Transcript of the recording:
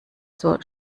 zur